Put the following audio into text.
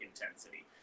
intensity